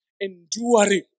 enduring